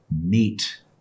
meet